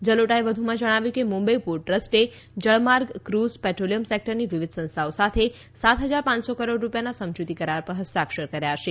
જલોટાએ વધુમાં જણાવ્યું કે મુંબઇ પોર્ટ ટ્રસ્ટે જળમાર્ગ ક્રુઝ પેટ્રોલિયમ સેકટરની વિવિધ સંસ્થાઓ સાથે સાત હજાર પાંચસો કરોડ રૂપિયાના સમજૂતી કરાર પર હસ્તાક્ષર કર્યા છે